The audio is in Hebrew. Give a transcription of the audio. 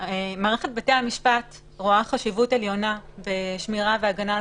מערכת בתי המשפט רואה חשיבות עליונה בשמירה והגנה על